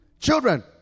Children